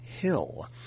Hill